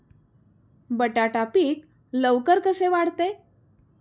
बटाटा पीक लवकर कसे वाढते?